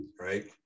right